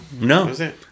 no